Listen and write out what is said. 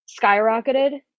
skyrocketed